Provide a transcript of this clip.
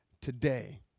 today